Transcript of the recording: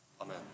Amen